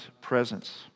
presence